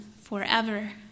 forever